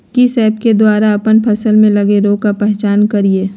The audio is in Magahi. किस ऐप्स के द्वारा अप्पन फसल में लगे रोग का पहचान करिय?